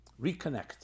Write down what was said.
reconnect